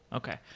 okay.